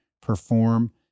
perform